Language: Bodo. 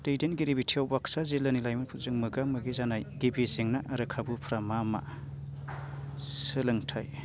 दैदेनगिरि बिथिङाव बाक्सा जिल्लानि लाइमोनफोरजों मोगा मोगि जानाय गिबि जेंना आरो खाबुफोरा मा मा सोलोंथाइ